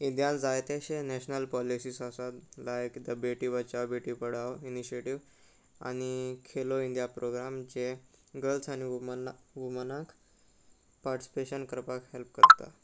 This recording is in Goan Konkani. इंडियान जाय तशे नॅशनल पॉलिसीस आसात like the Beti Bachao Beti Padhao initiative आनी खेलो इंडिया प्रोग्राम जे गल्स आनी वुमन वुमनाक पार्टिसिपेशन करपाक हेल्प करता